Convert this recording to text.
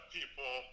people